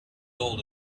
old